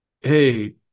hey